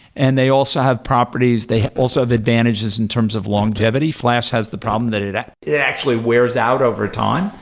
and they also have properties, they also have advantages in terms of longevity. flash has the problem that it it actually wears out over time.